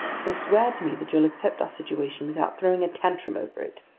so swear to me that you'll accept our situation without throwing a tantrum over it.